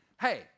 hey